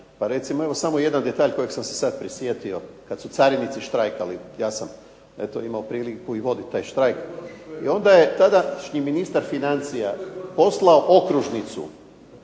Pa recimo evo samo jedan detalj kojeg sam se sad prisjetio, kad su carinici štrajkali, ja sam eto imao priliku i voditi taj štrajk, i onda je tadašnji ministar financija poslao okružnicu,